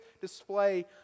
display